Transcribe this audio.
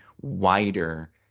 wider